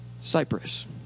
Cyprus